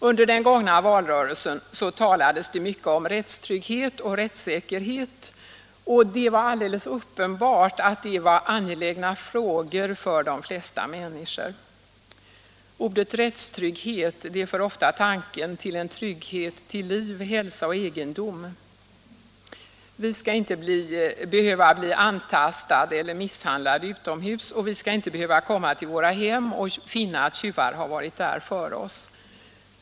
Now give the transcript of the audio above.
Under den gångna valrörelsen talades mycket om rättstrygghet och rättssäkerhet, och det var alldeles uppenbart att detta var angelägna frågor för de flesta människor. Ordet rättstrygghet för ofta tanken till en trygghet till liv, hälsa och egendom. Vi skall inte behöva bli antastade eller misshandlade utomhus, och vi skall inte behöva komma till våra hem och finna att tjuvar varit där före oss.